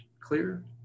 clear